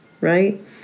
right